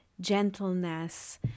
gentleness